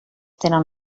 tenen